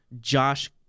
Josh